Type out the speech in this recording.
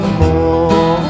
more